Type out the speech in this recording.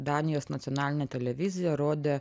danijos nacionalinė televizija rodė